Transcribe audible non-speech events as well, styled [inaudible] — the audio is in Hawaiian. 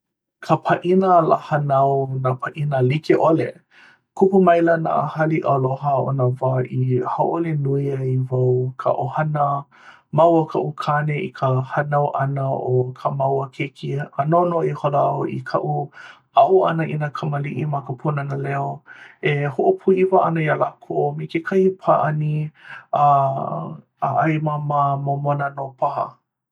ka pāʻina lā hānau nā pāʻina like ʻole! kupu maila nā haliʻa aloha o nā wā i hauʻoli nui ai wau ka ʻohana, māua o kaʻu kāne i ka hānau ʻana o kā māua keiki a noʻonoʻo ihola au i kaʻu aʻo ʻana i nā kamaliʻi ma ka pūnana leo e hoʻopūʻiwa ʻana iā lākou me kekahi pāʻani [hesitation] a ʻai māmā momona nō paha